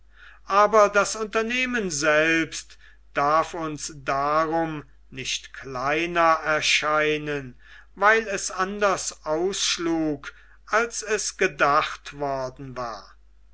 aber das unternehmen selbst darf uns darum nicht kleiner erscheinen weil es anders ausschlug als es gedacht worden war